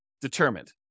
determined